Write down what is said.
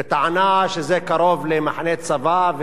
בטענה שזה קרוב למחנה צבא,